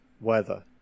weather